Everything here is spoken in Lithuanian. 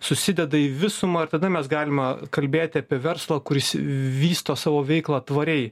susideda į visumą ir tada mes galime kalbėti apie verslą kuris vysto savo veiklą tvariai